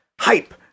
Hype